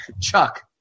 Chuck